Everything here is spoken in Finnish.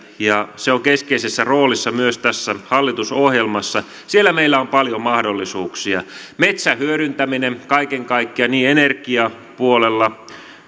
ja se on keskeisessä roolissa myös tässä hallitusohjelmassa siellä meillä on paljon mahdollisuuksia metsän hyödyntäminen kaiken kaikkiaan niin energiapuolella